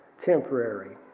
temporary